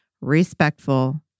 Respectful